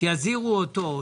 שיזהירו אותו,